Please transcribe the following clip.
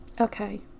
Okay